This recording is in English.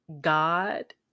God